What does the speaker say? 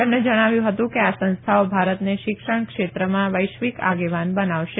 તેમણે જણાવ્યું હતું કે આ સંસ્થાઓ ભારતને શિક્ષણ ક્ષેત્રમાં વૈશ્વિક આગેવાન બનાવશે